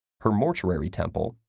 her mortuary temple,